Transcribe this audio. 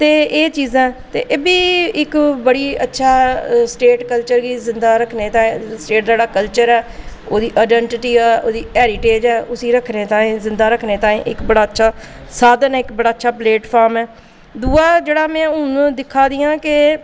ते एह् चीज़ां एह्बी इक्क बड़ा अच्छा स्टेट कल्चर गी जिंदा रक्खने ताहीं स्टेट दा जेह्ड़ा कल्चर ऐ ओह्दी आईडेंटिटी ऐ हेरीटेज़ ऐ उसी रक्खने ताईं जिंदा रक्खने ताहीं इक्क बड़ा अच्छा साधन ऐ इक्क बड़ा अच्छा प्लेटफॉर्म ऐ ते दूआ जेह्ड़ा में हून दिक्खा दी आं के